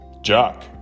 Jack